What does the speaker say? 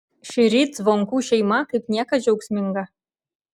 šįryt zvonkų šeima kaip niekad džiaugsminga